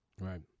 Right